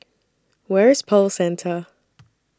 Where IS Pearl Centre